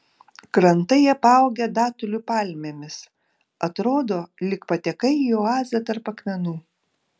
krantai apaugę datulių palmėmis atrodo lyg patekai į oazę tarp akmenų